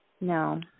No